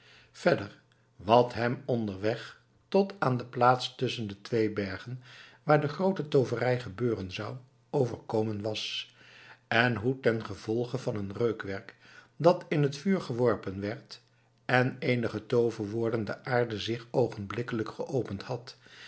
verder wat hem onderweg tot aan de plaats tusschen de twee bergen waar de groote tooverij gebeuren zou overkomen was en hoe tengevolge van een reukwerk dat in t vuur geworpen werd en eenige tooverwoorden de aarde zich oogenblikkelijk geopend had